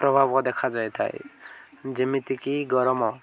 ପ୍ରଭାବ ଦେଖାଯାଇ ଥାଏ ଯେମିତିକି ଗରମ